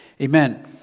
Amen